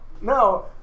no